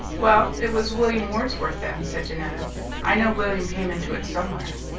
well, it was william wordsworth, then, said janetta i know william came into it somewhere.